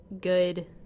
good